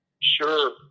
Sure